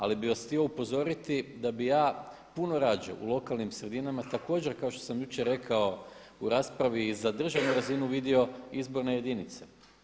Ali bih vas htio upozoriti da bih ja puno radije u lokalnim sredinama također kao što sam jučer rekao u raspravi iza državnu razinu vidio izborne jedince.